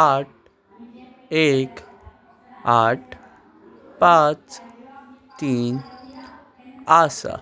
आठ एक आठ पांच तीन आसा